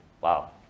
wow